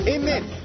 Amen